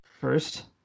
First